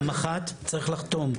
המח"ט צריך לחתום.